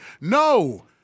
No